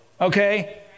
okay